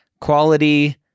quality